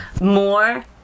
more